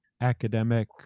academic